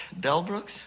Delbrooks